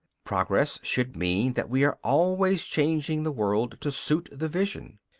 progress should mean that we are always changing the world to suit the vision.